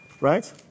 Right